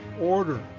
order